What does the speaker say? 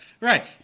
Right